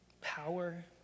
power